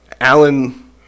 Alan